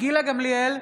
גילה גמליאל,